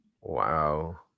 Wow